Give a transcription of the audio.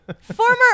Former